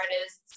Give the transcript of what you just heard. artists